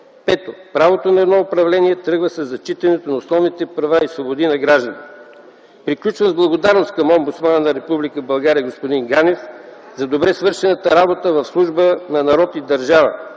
Пето, правото на едно управление тръгва със зачитането на основните права и свободи на гражданите. Приключвам с благодарност към Омбудсмана на Република България господин Ганев за добре свършената работа в служба на народ и държава,